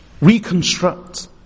reconstruct